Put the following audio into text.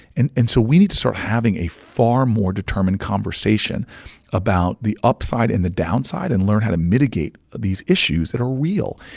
and and so we need to start having a far more determined conversation about the upside and the downside and learn how to mitigate these issues that are real.